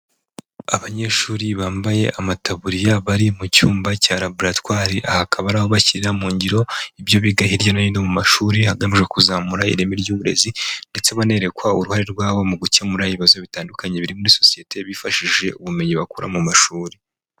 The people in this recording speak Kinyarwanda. Abanyeshuri bambaye amataburiya bari mu cyumba cya Laboratoire, aha akaba ari bashyirira mu ngiro y'ibyo biga hirya no hino mu mashuri, hagamijwe kuzamura ireme ry'uburezi ndetse banerekwa uruhare rwabo mu gukemura ibibazo bitandukanye biri muri sosiyete, bifashishije ubumenyi bakura mu mashuri.